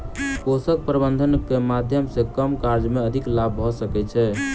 पोषक प्रबंधनक माध्यम सॅ कम कार्य मे अधिक लाभ भ सकै छै